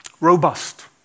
robust